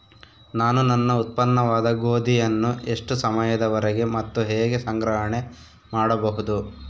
ನಾನು ನನ್ನ ಉತ್ಪನ್ನವಾದ ಗೋಧಿಯನ್ನು ಎಷ್ಟು ಸಮಯದವರೆಗೆ ಮತ್ತು ಹೇಗೆ ಸಂಗ್ರಹಣೆ ಮಾಡಬಹುದು?